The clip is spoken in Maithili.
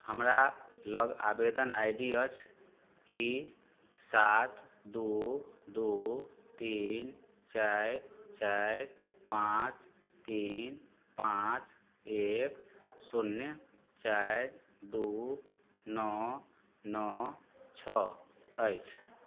हमरालग आवेदन आइ डी अछि ई सात दुइ दुइ तीन चारि चारि पाँच तीन पाँच एक शून्य चारि दुइ नओ नओ छओ अछि